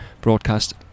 broadcast